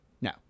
No